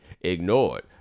ignored